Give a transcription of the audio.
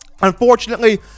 unfortunately